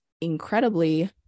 incredibly